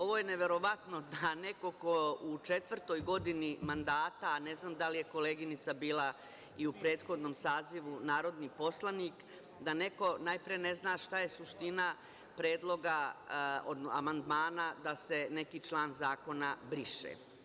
Ovo je neverovatno da neko ko u četvrtoj godini mandata, a ne znam da li je koleginica bila i u prethodnom sazivu narodni poslanik, da neko najpre ne zna šta je suština predloga amandmana da se neki član zakona briše.